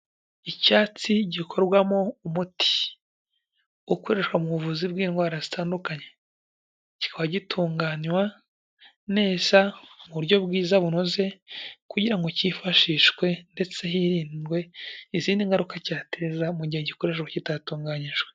Icyatsi gikorwamo umuti ukoreshwa mu buvuzi bw'indwara zitandukanye, kikaba gitunganywa neza mu buryo bwiza bunoze, kugira ngo cyifashishwe ndetse hirindwe izindi ngaruka cyateza mu gihe gikoreshwa kitatunganyijwe.